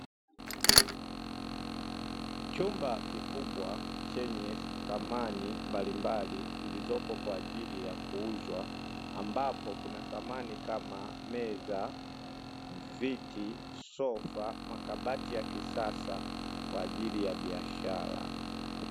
Chumba kikubwa, chenye samani mbalimbali zilizopo kwa ajili ya kuuzwa, ambapo kuna samani kama: meza, viti, sofa, makabati ya kisasa, kwa ajili ya biashara.